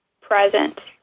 present